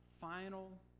final